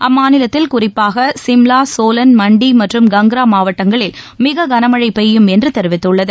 அம்மாநிலத்தில் குறிப்பாக சிம்வா சோலன் மன்டி மற்றும் கங்ரா மாவட்டங்களில் மிக கனமழை பெய்யும் என்று தெரிவித்துள்ளது